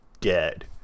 dead